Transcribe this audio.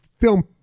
film